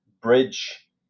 bridge